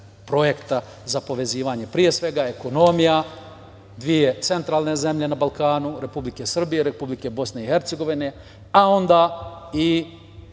projekta za povezivanje, pre svega ekonomija dve centralne zemlje na Balkanu, Republike Srbije i Republike Bosne i Hercegovine, a onda i